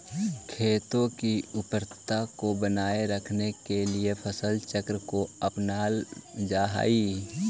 खेतों की उर्वरता को बनाए रखने के लिए फसल चक्र को अपनावल जा हई